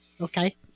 Okay